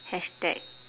hashtag